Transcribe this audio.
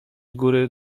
góry